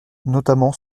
notamment